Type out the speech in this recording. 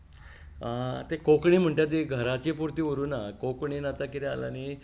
आतां कोंकणी म्हणटा ती घराची पुरती उरूंक ना कोंकणी आतां कितें जालां न्हय